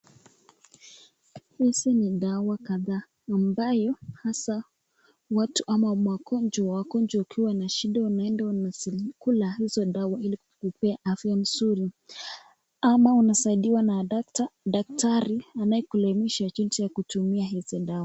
Hizi ni dawa kadhaa ambayo hasa watu ama wagonjwa ukiwa ukiwa na shida unaenda unazikula hizo dawa ili kujipea afya nzuri ama unasaidiwa na daktari anaye kuelimishwa jinsi ya kutumia hizi dawa.